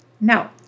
Now